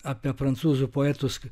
apie prancūzų poetus